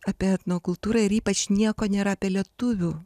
apie etnokultūrą ir ypač nieko nėra apie lietuvių